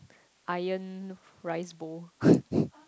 iron rice bowl